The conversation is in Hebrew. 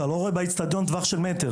אתה לא רואה באצטדיון מטווח של מטר,